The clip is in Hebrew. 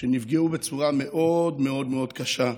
שנפגעו בצורה מאוד מאוד קשה.